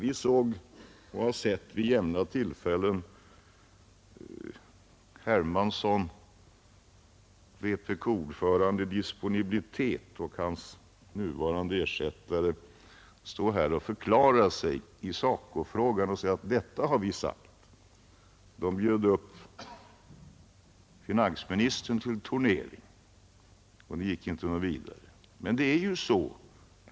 Vi har med jämna mellanrum sett herr Hermansson i Stockholm — vpk-ordförande i disponibilitet — och hans ersättare stå här och förklara vad man har sagt i SACO-frågan. De bjöd upp finansministern till turnering men det gick inte särskilt bra.